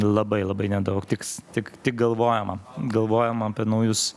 labai labai nedaug tiks tik tik galvojama galvojama apie naujus